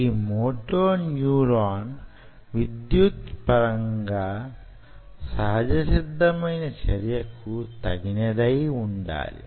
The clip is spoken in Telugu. ఈ మోటో న్యూరాన్ విద్యుత్ పరంగా సహజసిద్ధమైన చర్యకు తగినదై వుండాలి